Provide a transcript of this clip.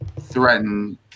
threaten